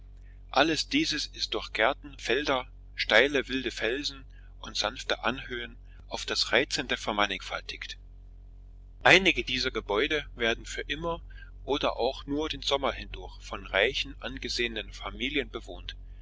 alles dieses ist durch gärten felder steile wilde felsen und sanfte anhöhen auf das reizendste vermannigfaltigt einige dieser gebäude werden für immer oder auch nur den sommer hindurch von reichen angesehen familien bewohnt